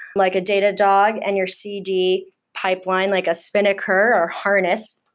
like a datadog and your cd pipeline, like a spinnaker, or harness.